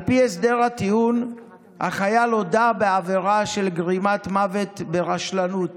על פי הסדר הטיעון החייל הודה בעבירה של גרימת מוות ברשלנות